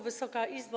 Wysoka Izbo!